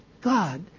God